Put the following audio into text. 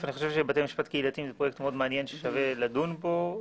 בתי המשפט הקהילתיים הם פרויקט מאוד מעניין ששווה לדון בו.